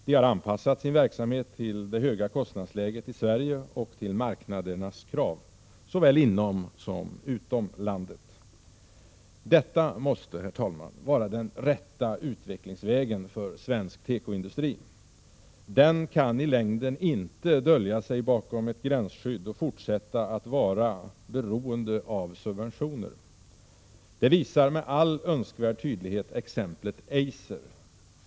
De har anpassat sin verksamhet till det höga kostnadsläget i Sverige och till marknadernas krav — såväl inom som utom landet. Detta måste, herr talman, vara den rätta utvecklingsvägen för svensk tekoindustri. Den kan i längden inte dölja sig bakom ett gränsskydd och fortsätta att vara beroende av subventioner. Det visar med all önskvärd tydlighet exemplet Eiser.